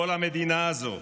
כל המדינה הזו.